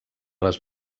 les